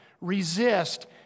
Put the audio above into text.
resist